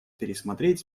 пересмотреть